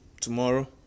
tomorrow